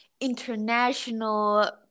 international